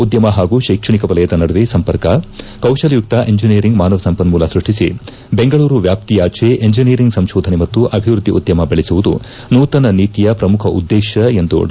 ಉದ್ದಮ ಪಾಗೂ ಶೈಕ್ಷಣಿಕ ವಲಯದ ನಡುವೆ ಸಂಪರ್ಕ ಕೌಶಲಯುಕ್ತ ಎಂಜಿನಿಯರಿಂಗ್ ಮಾನವ ಸಂಪನ್ಮೂಲ ಸೈಷ್ಟಿಸಿ ಬೆಂಗಳೂರು ವ್ಯಾಪ್ತಿಯಾಚೆ ಎಂಜಿನಿಯರಿಂಗ್ ಸಂಶೋಧನೆ ಮತ್ತು ಅಭಿವೃದ್ಧಿ ಉದ್ದಮ ಬೆಳೆಸುವುದು ನೂತನ ನೀತಿಯ ಪ್ರಮುಖ ಉದ್ದೇತವಾಗಿದೆ ಎಂದು ಡಾ